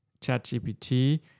ChatGPT